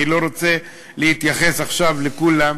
אני לא רוצה להתייחס עכשיו לכולם,